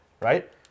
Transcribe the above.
right